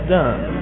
done